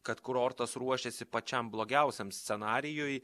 kad kurortas ruošiasi pačiam blogiausiam scenarijui